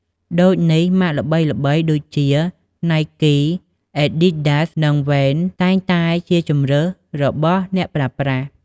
ដូចនេះ ម៉ាកល្បីៗដូចជា ណៃគី អែតឌីតដាសនិង វ៉េន តែងតែជាជម្រើសរបស់អ្នកប្រើប្រាស់។